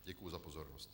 Děkuji za pozornost.